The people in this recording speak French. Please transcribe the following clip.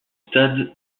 stade